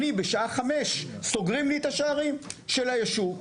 אני בשעה 17:00 סוגרים לי את השערים של הישוב.